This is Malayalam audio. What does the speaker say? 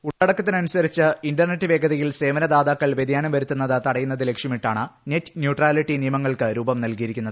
ഉള്ളടക്കത്തിനനുസരിച്ച് ഇന്റർനെറ്റ് വേഗതയിൽ സേവനദാതാക്കൾ വ്യതിയാനം വരുത്തുന്നത് തടയുന്നത് ലക്ഷ്യമിട്ടാണ് നെറ്റ ന്യൂട്രാലിറ്റി നിയമങ്ങൾക്ക് രൂപം നൽകിയിരിക്കുന്നത്